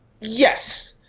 Yes